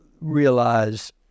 realize